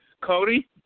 Cody